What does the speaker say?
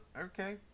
Okay